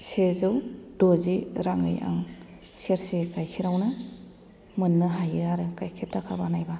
सेजौ द'जि राङै आं सेरसे गायखेरावनो मोन्नो हायो आरो गायखेर दाखा बानायबा